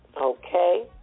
Okay